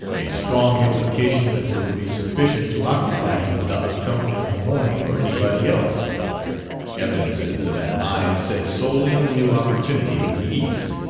a strong implication that there would be sufficient to occupy him without the company of lemoyne or anybody else evidences of an eye set solely on the new opportunity in the east.